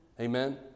amen